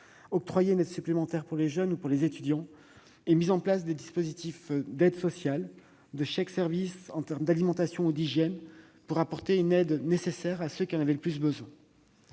octroyé une aide supplémentaire pour les jeunes ou pour les étudiants et mis en place des dispositifs d'aide sociale, de chèques services pour l'alimentation ou pour l'hygiène, afin d'apporter une aide nécessaire à ceux qui en avaient le plus besoin.